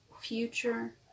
future